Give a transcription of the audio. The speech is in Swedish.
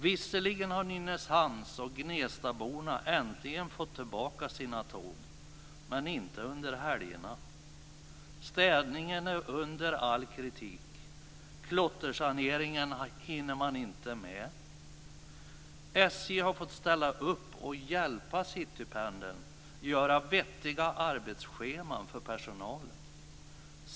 Visserligen har nynäshamns och gnestaborna äntligen fått tillbaka sina tåg, men inte under helgerna. Städningen är under all kritik. Klottersaneringen hinner man inte med. SJ har fått ställa upp och hjälpa Citypendeln att göra vettiga arbetsscheman för personalen.